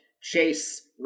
Chase